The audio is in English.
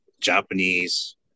Japanese